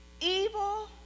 evil